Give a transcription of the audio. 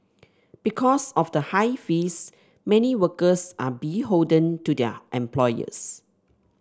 because of the high fees many workers are beholden to their employers